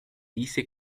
dice